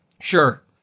sure